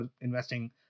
investing